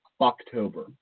October